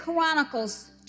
Chronicles